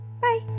Bye